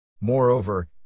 Moreover